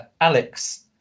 Alex